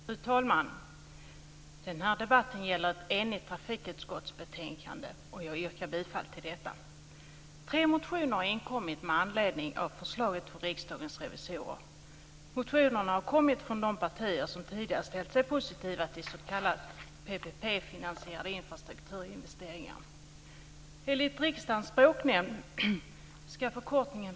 Fru talman! Den här debatten gäller ett enigt betänkande från trafikutskottet, och jag yrkar bifall till förslaget i betänkandet. Tre motioner har väckts med anledning av förslaget från Riksdagens revisorer. Motionerna har väckts av de partier som tidigare har ställt sig positiva till s.k. PPP-finansierade infrastrukturinvesteringar.